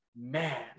Man